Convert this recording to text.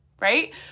right